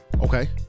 Okay